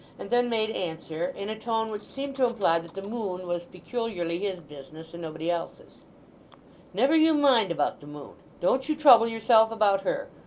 and then made answer, in a tone which seemed to imply that the moon was peculiarly his business and nobody else's never you mind about the moon. don't you trouble yourself about her.